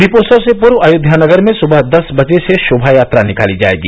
दीपोत्सव से पूर्व अयोध्या नगर में सुबह दस बजे से शोभायात्रा निकाली जायेगी